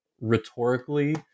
rhetorically